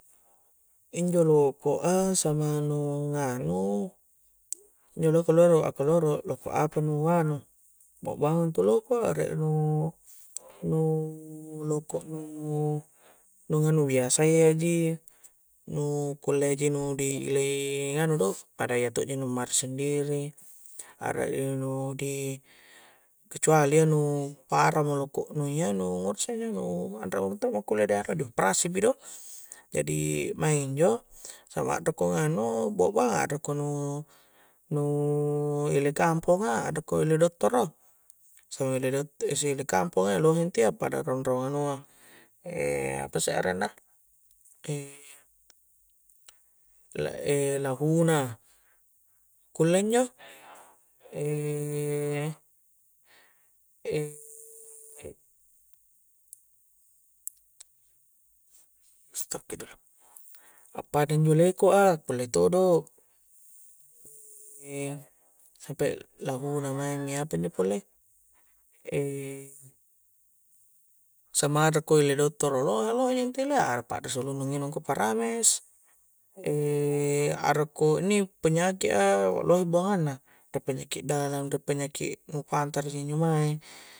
Injo loko a samang nu nganu injo loko a loro, ako loro loko apa nu anu bua-buangang intu loko a riek nu nu loko nu nu nganu biasayya ji nu kullea ji nu di ilei nganu do pada iya tokji nu ammari sendiri araki nu di kecuali iya nu parah mo loko' nu iya nu ngura isse injo anre mento la kulle di apa dioperasi pi do jadi maing injo samang arakko nganu bua-buangang arakko nu-nu ile kamponga arakko ile dottoro samang ile dot-samang ile kamponga iya lohe intia pada raung-raung anua apasse arenna lahuna kule injo appada injo leko a kulle todo' sumpae lahuna maingi apanjo pole samang arakko ile dottoro loh-lohe ji intu ile iya arak pakrisi ulunnu nginung ko paramex arakko inni penyakit a lohe buangang a riek penyakit dalam riek penyakit nu pantara ji injo mae